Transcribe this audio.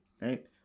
right